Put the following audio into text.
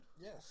Yes